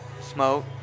Smoke